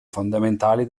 fondamentali